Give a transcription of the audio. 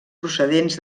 procedents